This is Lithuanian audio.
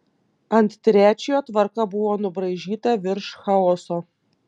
ant trečiojo tvarka buvo nubraižyta virš chaoso